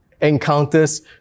encounters